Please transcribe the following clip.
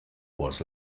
was